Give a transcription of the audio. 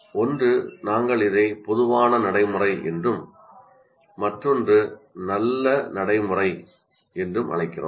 ஒன்று நாங்கள் இதை 'பொதுவான நடைமுறை' என்றும் மற்றொன்று 'நல்ல நடைமுறை' என்றும் அழைக்கிறோம்